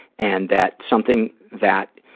and that something that